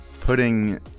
putting